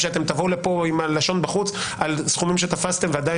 ואתם צריכים לענות לנו על חזקה ראייתית כן או לא.